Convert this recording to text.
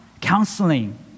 Counseling